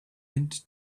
mint